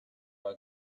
are